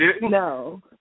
No